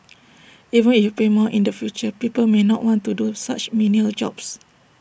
even you pay more in the future people may not want to do such menial jobs